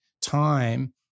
time